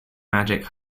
magic